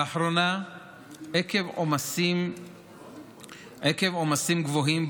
לאחרונה עקב עומסים גבוהים,